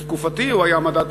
בתקופתי הוא היה מדע,